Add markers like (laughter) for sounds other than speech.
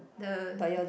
the (noise)